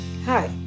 Hi